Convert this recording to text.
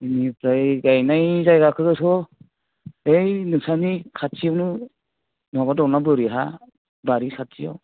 बिनिफ्राय गायनाय जायगाखौथ' बै नोंसानि खाथियावनो माबा दंना बोरि हा बारि खाथियाव